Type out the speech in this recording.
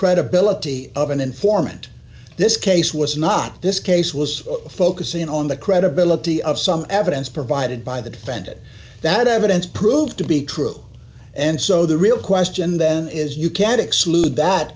credibility of an informant this case was not this case was focusing on the credibility of some evidence provided by the defendant that evidence proved to be true and so the real question then is you can't exclude that